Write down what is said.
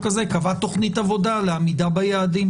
הזה קבעה תוכנית עבודה לעמידה ביעדים.